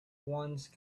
once